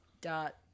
dot